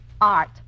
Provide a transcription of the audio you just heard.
Art